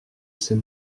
ces